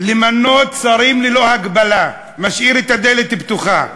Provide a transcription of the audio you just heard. למינוי שרים ללא הגבלה, משאיר את הדלת פתוחה.